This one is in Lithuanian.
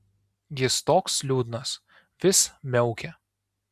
jis toks liūdnas vis miaukia